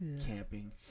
Camping